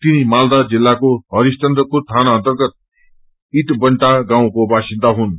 तिनी मालदा जिल्लाको हरिशचन्द्रपुर थाना अर्न्तगत ईटबण्टा गाउँको वासिन्दा हुन्